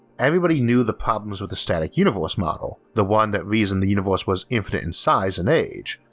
everybody knew the problems with the static universe model, the one that reasoned the universe was infinite in size and age,